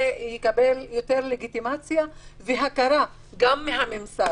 יקבל יותר לגיטימציה והכרה גם מן הממסד.